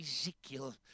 Ezekiel